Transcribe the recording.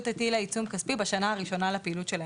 הטילה עיצום כספי בשנה הראשונה לפעילות שלהם.